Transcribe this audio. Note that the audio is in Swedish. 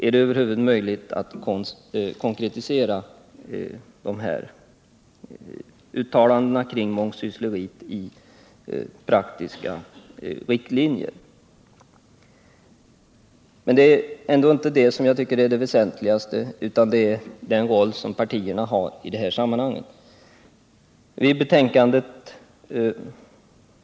Är det över huvud taget möjligt att konkretisera uttalandena kring mångsyssleri i praktiska riktlinjer? Men det är ändå inte detta som jag tycker är det väsentligaste, utan det är den roll som partierna har i det här sammanhanget.